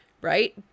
Right